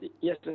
yes